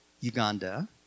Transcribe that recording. Uganda